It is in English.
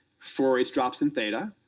for its drops in theta,